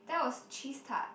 that was cheese tart